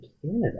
canada